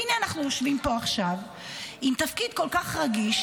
הינה אנחנו יושבים פה עכשיו עם תפקיד כל כך רגיש,